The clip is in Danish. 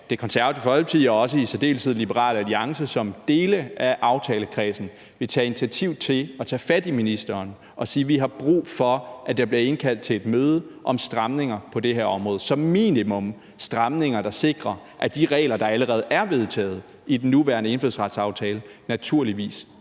Det Konservative Folkeparti og også i særdeleshed Liberal Alliance som dele af aftalekredsen vil tage initiativ til at tage fat i ministeren og sige: Vi har brug for, at der bliver indkaldt til et møde om stramninger på det her område – som minimum stramninger, der sikrer, at de regler, der allerede er vedtaget i den nuværende indfødsretsaftale, naturligvis bliver